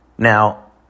Now